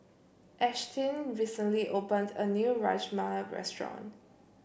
Ashtyn recently opened a new Rajma Restaurant